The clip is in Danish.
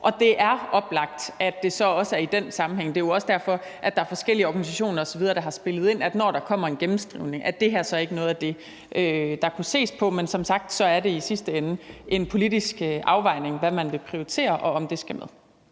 Det er oplagt, at det så også er i den sammenhæng. Det er jo også derfor, der er forskellige organisationer osv., der har spillet ind med, om det her, når der kommer en gennemskrivning, så ikke er noget af det, der kunne ses på. Men som sagt er det i sidste ende en politisk afvejning, hvad man vil prioritere, og om det skal med.